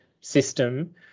System